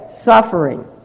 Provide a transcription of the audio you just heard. suffering